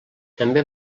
també